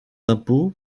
d’impôts